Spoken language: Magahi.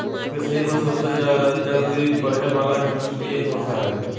पृथ्वी पर सबसे जल्दी बढ़े वाला काष्ठिय पौधा हइ